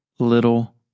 little